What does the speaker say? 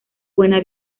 buena